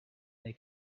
they